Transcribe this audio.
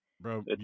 bro